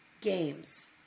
games